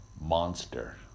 monster